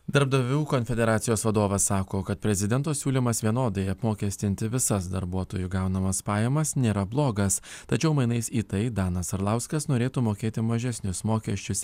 darbdavių konfederacijos vadovas sako kad prezidento siūlymas vienodai apmokestinti visas darbuotojų gaunamas pajamas nėra blogas tačiau mainais į tai danas arlauskas norėtų mokėti mažesnius mokesčius